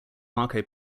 marco